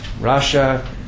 Russia